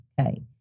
Okay